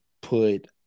put